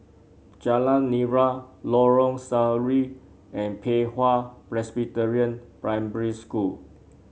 Jalan Nira Lorong Sari and Pei Hwa Presbyterian Primary School